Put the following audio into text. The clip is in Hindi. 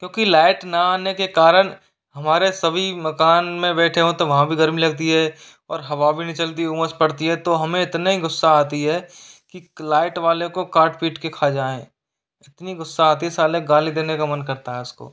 क्योंकि लाइट ना आने के कारण हमारे सभी मकान में बैठें हों तो वहाँ भी गर्मी लगती है और हवा भी नहीं चलती उमस पड़ती है तो हमें इतने गुस्सा आती है की लाइट वाले को काट पीट के खा जाएं इतनी गुस्सा आती है साले गाली देने का मन करता है उसको